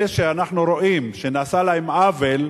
אלה שאנחנו רואים שנעשה להם עוול,